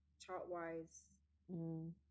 chart-wise